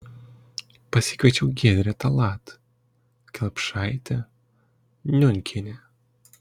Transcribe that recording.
pasikviečiau giedrę tallat kelpšaitę niunkienę